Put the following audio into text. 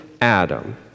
adam